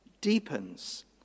deepens